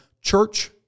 church